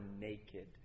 naked